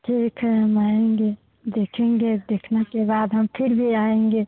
ठीक है हम आएंगे देखेंगे देखने के बाद हम फिर भी आएंगे